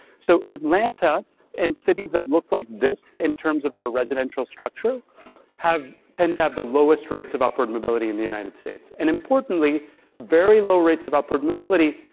so atlanta and cities that look like this in terms of their residential structure have tend to have the lowest rates of upward mobility in the united states. and importantly very low rates of upward mobility,